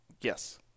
Yes